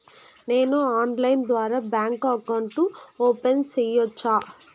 నేను ఆన్లైన్ ద్వారా bank account open సేయొచ్చా?